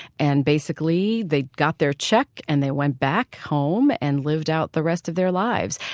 and basically they got their check and they went back home and lived out the rest of their lives.